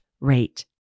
rate